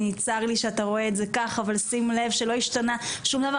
צר לי שאתה רואה את זה כך אבל שים לב שלא השתנה שום דבר,